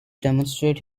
demonstrate